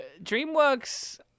DreamWorks